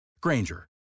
Granger